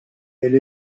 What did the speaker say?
elle